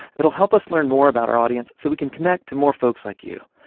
it'll help us learn more about our audience so we can connect to more folks like you.